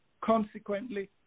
Consequently